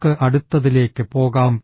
നമുക്ക് അടുത്തതിലേക്ക് പോകാം